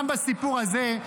גם בסיפור הזה,